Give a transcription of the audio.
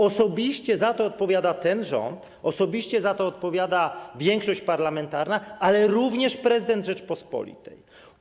Osobiście za to odpowiada ten rząd, osobiście za to odpowiada większość parlamentarna, ale również prezydent Rzeczypospolitej.